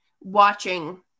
watching